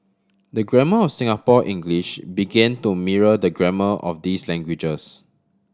the grammar of Singapore English began to mirror the grammar of these languages